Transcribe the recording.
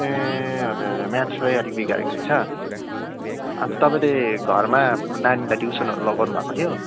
ए हजुर हजुर म्याथ्समै अलिक बिगारेको रहेछ अन्त तपाईँले घरमा नानीलाई ट्युसनहरू लगाउनु भएको थियो